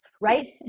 right